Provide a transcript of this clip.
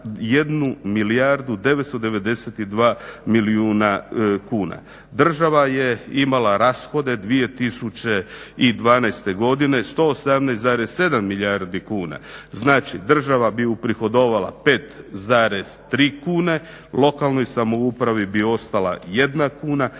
21 milijardu 992 milijuna kuna. Država je imala rashode 2012.godine 118,7 milijardi kuna. Znači država bi uprihodovala 5,3 kune lokalnoj samoupravi bi ostala jedna kuna,